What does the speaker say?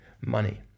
money